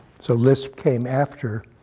so lisp came after